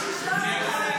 נשמה.